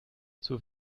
zur